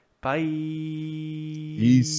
bye